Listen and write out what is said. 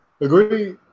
agree